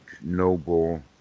noble